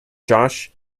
josh